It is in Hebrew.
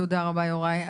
תודה רבה יוראי.